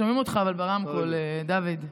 שומעים אותך ברמקול, דוד.